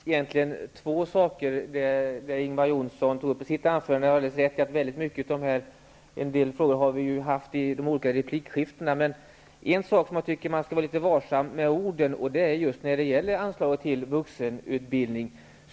Fru talman! Jag vill ta upp två frågor som Ingvar Johnsson tog upp i sitt anförande. Han har rätt i att många av frågorna har kommit upp i de tidigare replikskiftena. På ett område tycker jag att man skall vara varsam med orden, nämligen när det gäller anslag till vuxenutbildning.